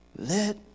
Let